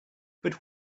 but